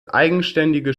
eigenständige